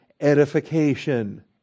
Edification